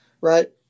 right